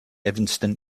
evanston